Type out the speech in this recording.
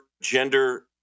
gender